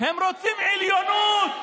הם רוצים עליונות.